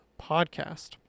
podcast